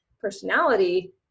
personality